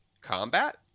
combat